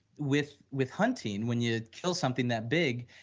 with with hunting, when you kill something that big,